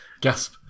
gasp